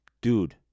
Dude